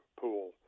pool